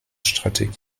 strategie